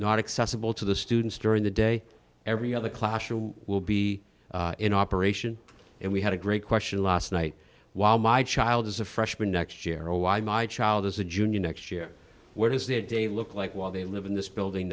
not accessible to the students during the day every other classroom will be in operation and we had a great question last night while my child is a freshman next year or why my child is a junior next year where does the day look like while they live in this building